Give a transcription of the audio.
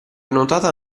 nuotata